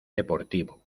deportivo